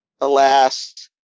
alas